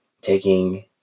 taking